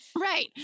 Right